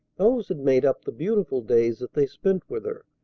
those had made up the beautiful days that they spent with her,